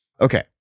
Okay